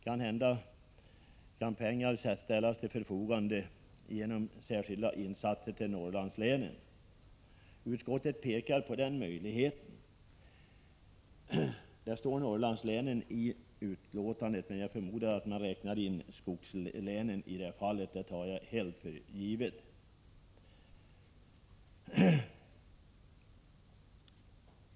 Pengar kan kanske ställas till förfogande genom särskilda insatser för Norrlandslänen. Utskottet pekar på denna möjlighet. I betänkandet står det ”Norrlandslänen”, men jag tar för givet att man också inbegriper skogslänen. Fru talman!